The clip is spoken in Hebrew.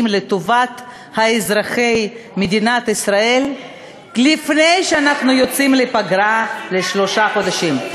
לטובת אזרחי מדינת ישראל לפני שאנחנו יוצאים לפגרה לשלושה חודשים,